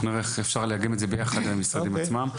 נראה איך אפשר לאגם את זה עם המשרדים עצמם.